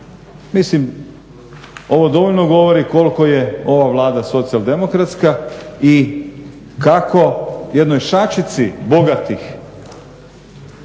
Mislim, ovo dovoljno govori koliko je ova Vlada socijal-demokratska i kako jednoj šačici bogatih daje